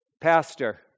pastor